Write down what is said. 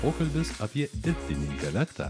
pokalbis apie dirbtinį intelektą